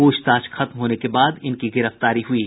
पूछताछ खत्म होने के बाद इनकी गिरफ्तारी हुयी